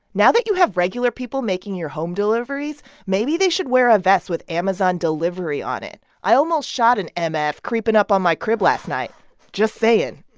now that you have regular people making your home deliveries, maybe they should wear a vest with amazon delivery on it. i almost shot an ah mf creeping up on my crib last night just saying.